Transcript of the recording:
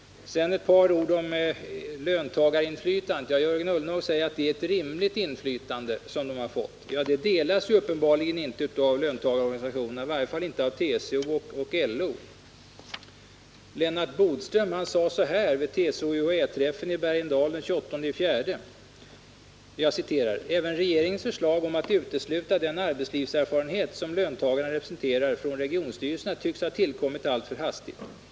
Ett par ord om löntagarinflytandet. Jörgen Ullenhag säger att löntagarna fått ett rimligt inflytande. Den uppfattningen delas uppenbarligen inte av löntagarorganisationerna, i varje fall inte av TCO och LO. Lennart Bodström sade så här vid TCO-UHÄ-träffen på Bergendal den 28 april: ”Även regeringens förslag om att utesluta den arbetslivserfarenhet som löntagarna representerar från regionstyrelserna tycks ha tillkommit alltför hastigt.